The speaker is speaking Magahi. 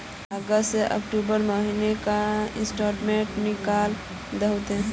अगस्त से अक्टूबर महीना का स्टेटमेंट निकाल दहु ते?